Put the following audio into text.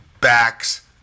backs